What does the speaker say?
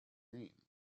name